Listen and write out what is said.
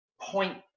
point